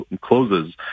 closes